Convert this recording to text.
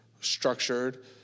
structured